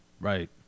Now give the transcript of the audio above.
Right